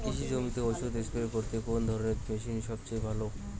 কৃষি জমিতে ওষুধ স্প্রে করতে কোন ধরণের মেশিন সবচেয়ে ভালো?